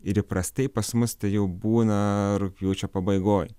ir įprastai pas mus tai jau būna rugpjūčio pabaigoj